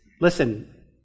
listen